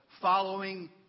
following